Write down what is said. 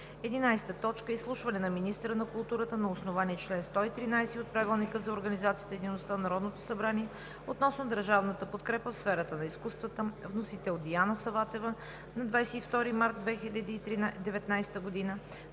11. Изслушване на министъра на културата на основание чл. 113 от Правилника за организацията и дейността на Народното събрание, относно държавната подкрепа в сферата на изкуствата. Вносител е Диана Саватева на 22 март 2019 г.